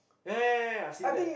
ya ya ya ya ya I've seen that